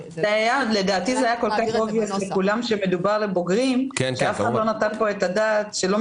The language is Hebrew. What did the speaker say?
לדעתי היה ברור לכולם שמדובר בבוגרים שאף אחד לא נתן את הדעת שיש